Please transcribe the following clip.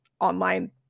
online